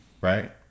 right